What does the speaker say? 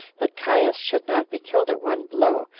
that caius should not be killed at one blow,